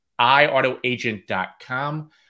iAutoAgent.com